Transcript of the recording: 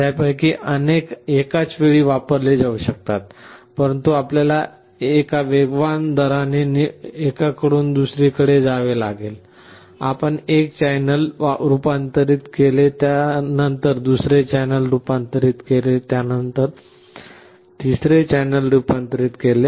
त्यापैकी अनेक एकाच वेळी वापरले जाऊ शकतात परंतु आपल्याला एका वेगवान दराने एकाकडून दुसर्याकडे जावे लागेल आपण एक चॅनेल रुपांतरित केले त्यानंतर दुसरे चॅनेल रुपांतरित केले त्यानंतर तिसरे चॅनेल रूपांतरित केले